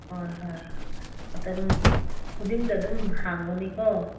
ꯍꯣꯏ ꯍꯣꯏ ꯃꯇꯝ ꯈꯨꯗꯤꯡꯗ ꯑꯗꯨꯝ ꯍꯥꯡꯕꯅꯤꯀꯣ